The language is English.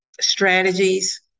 strategies